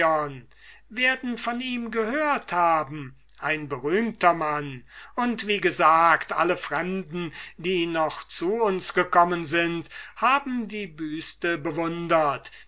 werden von ihm gehört haben ein berühmter mann und wie gesagt alle fremden die noch zu uns gekommen sind haben die büste bewundert